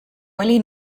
oli